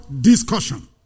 discussion